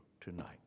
tonight